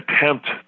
attempt